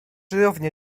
równie